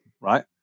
right